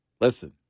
listen